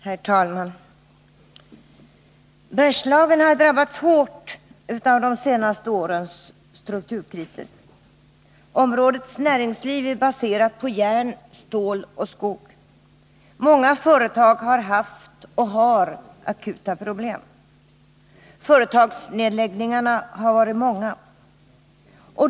Herr talman! Bergslagen har drabbats hårt av de senaste årens strukturkriser. Områdets näringsliv är baserat på järn, stål och skog. Många företag har haft och har akuta problem. Företagsnedläggningarna har varit många.